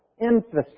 emphasis